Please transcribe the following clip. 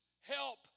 help